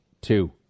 two